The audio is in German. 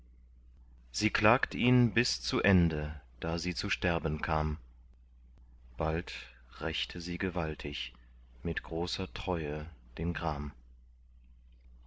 sie klagt ihn bis zu ende da sie zu sterben kam bald rächte sie gewaltig mit großer treue den gram